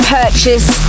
purchase